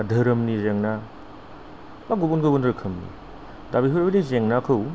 बा धोरोमनि जेंना बा गुबुन गुबुन रोखोम दा बेफोरबायदि जेंनाखौ